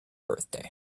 birthday